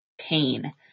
pain